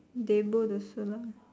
they both also lah